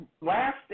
last